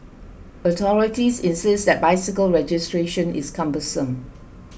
authorities insist that bicycle registration is cumbersome